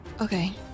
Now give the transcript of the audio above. Okay